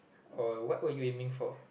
oh what were you aiming for